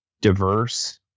diverse